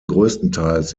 größtenteils